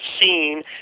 seen